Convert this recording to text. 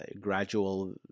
gradual